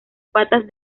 patas